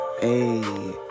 Hey